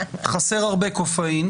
חסר הרבה קופאין.